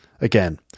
Again